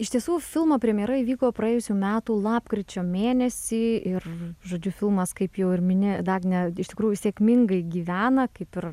iš tiesų filmo premjera įvyko praėjusių metų lapkričio mėnesį ir žodžiu filmas kaip jau ir mini dagne iš tikrųjų sėkmingai gyvena kaip ir